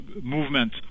movement